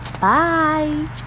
bye